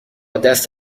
دست